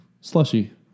Slushy